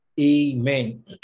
Amen